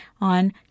on